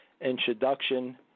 introduction